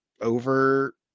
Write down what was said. over